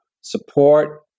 support